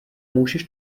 můžeš